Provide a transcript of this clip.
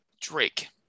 Drake